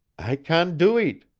i can' do eet,